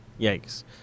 Yikes